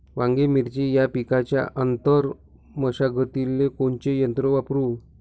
वांगे, मिरची या पिकाच्या आंतर मशागतीले कोनचे यंत्र वापरू?